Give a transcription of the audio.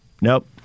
Nope